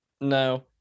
no